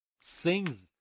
sings